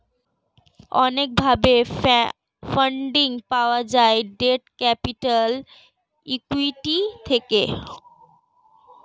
অনেক ভাবে ফান্ডিং পাওয়া যায় ডেট ক্যাপিটাল, ইক্যুইটি থেকে